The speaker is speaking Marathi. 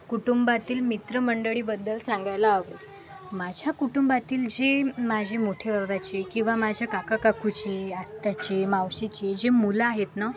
कुटुंबातील मित्रमंडळीबद्दल सांगायला आवडेल माझ्या कुटुंबातील जे माझे मोठे बाबाचे किंवा माझ्या काका काकूचे आत्याचे मावशीचे जे मुलं आहेत ना